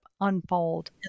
unfold